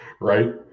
right